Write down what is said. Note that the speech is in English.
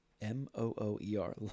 M-O-O-E-R